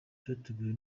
cyateguwe